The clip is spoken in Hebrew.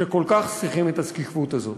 שכל כך צריכים את השקיפות הזאת.